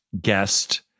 guest